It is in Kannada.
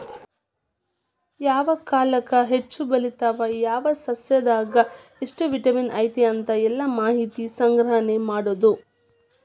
ಯಾವ ಕಾಲಕ್ಕ ಹೆಚ್ಚ ಬೆಳಿತಾವ ಯಾವ ಸಸ್ಯದಾಗ ಎಷ್ಟ ವಿಟಮಿನ್ ಐತಿ ಅಂತ ಎಲ್ಲಾ ಮಾಹಿತಿ ಸಂಗ್ರಹಣೆ ಮಾಡುದು